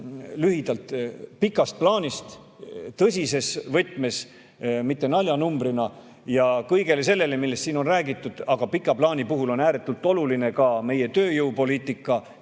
rääkida pikast plaanist tõsises võtmes, mitte naljanumbrina. Kõigele sellele lisaks, millest siin on räägitud, on pika plaani puhul ääretult oluline ka meie tööjõupoliitika,